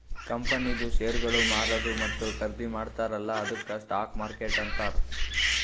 ಕಂಪನಿದು ಶೇರ್ಗೊಳ್ ಮಾರದು ಮತ್ತ ಖರ್ದಿ ಮಾಡ್ತಾರ ಅಲ್ಲಾ ಅದ್ದುಕ್ ಸ್ಟಾಕ್ ಮಾರ್ಕೆಟ್ ಅಂತಾರ್